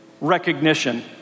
recognition